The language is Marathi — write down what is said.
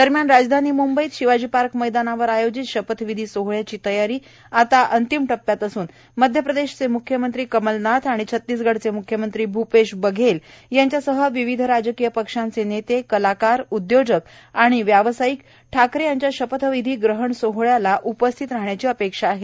दरम्यान राजधानी मुंबईत शिवाजी पार्क मैदानावर आयोजित शपथ विधी सोहळ्याची तयारी आता अंतिम टप्प्यात असून मध्य प्रदेशचे मुख्यमंत्री कमलनाथ आणि छत्तीसगढचे मुख्यमंत्री भूपेश बघेल यांच्यासह विविध राजकीय पक्षांचे नेते कलाकार उदयोजक आणि व्यावसायीक ठाकरे यांच्या शपथ ग्रहण सोहळ्याला उपस्थित राहण्याची अपेक्षा आहे